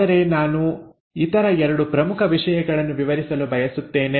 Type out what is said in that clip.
ಆದರೆ ನಾನು ಇತರ 2 ಪ್ರಮುಖ ವಿಷಯಗಳನ್ನು ವಿವರಿಸಲು ಬಯಸುತ್ತೇನೆ